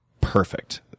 Perfect